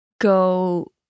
go